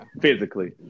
Physically